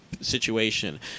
situation